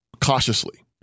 cautiously